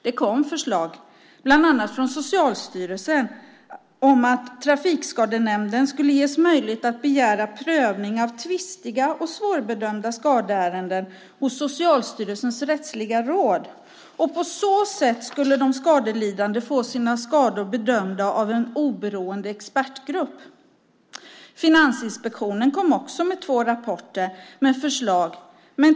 Det kom förslag, bland annat från Socialstyrelsen, om att Trafikskadenämnden skulle ges möjlighet att begära prövning av tvistiga och svårbedömda skadeärenden hos Socialstyrelsens rättsliga råd. På så sätt skulle de skadelidande få sina skador bedömda av en oberoende expertgrupp. Finansinspektionen kom också med två rapporter med förslag.